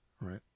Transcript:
Right